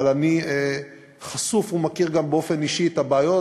אבל אני חשוף ומכיר גם באופן אישי את הבעיות,